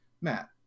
Matt